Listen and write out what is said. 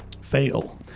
Fail